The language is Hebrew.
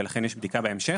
ולכן יש בדיקה בהמשך